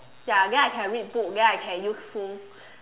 ya then I can read books then I can use phone